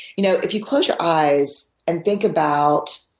you know if you close your eyes and think about